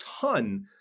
ton